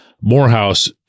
Morehouse